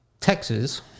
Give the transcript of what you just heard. Texas